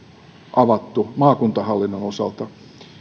avattu maakuntahallinnon osalta